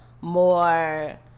more